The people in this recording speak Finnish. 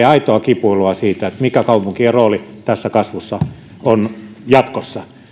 aitoa kipuilua siitä mikä kaupunkien rooli tässä kasvussa on jatkossa